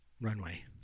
runway